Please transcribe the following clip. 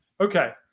okay